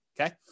okay